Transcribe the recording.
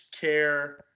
care